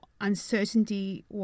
uncertainty